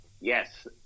Yes